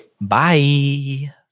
Bye